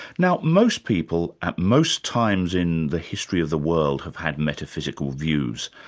now, most people at most times in the history of the world, have had metaphysical views.